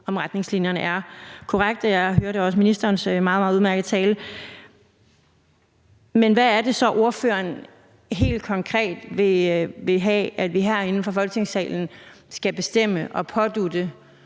om retningslinjerne er korrekte. Jeg hørte også ministerens meget, meget udmærkede tale. Men hvad er det så, ordføreren helt konkret vil have at vi herinde fra Folketingssalen skal bestemme og pådutte